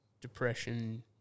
depression